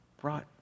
brought